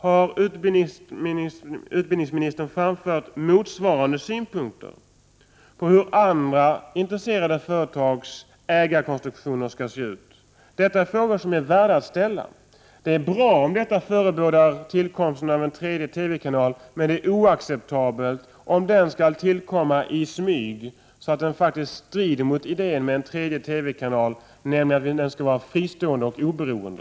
Har utbildningsministern framfört motsvarande synpunkter på hur andra intresserade företags ägarkonstruktioner skall se ut? Detta är frågor som är värda att ställa. Det är bra om detta förebådar tillkomsten av en tredje TV-kanal, men det är oacceptabelt om den skall tillkomma i smyg, så att den faktiskt strider mot idén med en tredje TV-kanal, nämligen att den skall vara fristående och oberoende.